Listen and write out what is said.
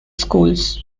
schools